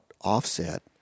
offset